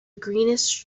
greenish